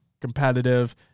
competitive